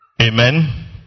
Amen